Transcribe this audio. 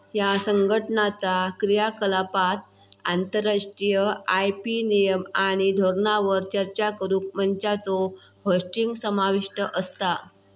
ह्या संघटनाचा क्रियाकलापांत आंतरराष्ट्रीय आय.पी नियम आणि धोरणांवर चर्चा करुक मंचांचो होस्टिंग समाविष्ट असता